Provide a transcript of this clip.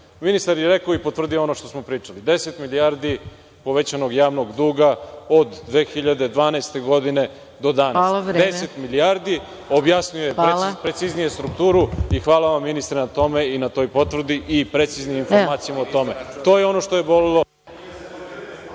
Ministar je rekao i potvrdio ono što smo pričali – 10 milijardi povećanog javnog duga od 2012. godine do danas. Objasnio je preciznije strukturu i hvala vam, ministre, na tome i na toj potvrdi i preciznim podacima o tome. To je ono što je